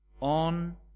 on